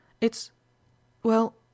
It's—well